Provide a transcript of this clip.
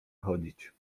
chodzić